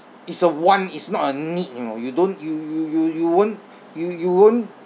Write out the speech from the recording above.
it's a want it's not a need you know you don't you you you you won't you you won't